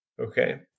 Okay